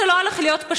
זה לא הולך להיות פשוט,